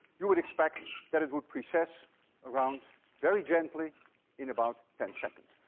you would expect that it would precess around very gently in about ten seconds.